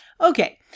Okay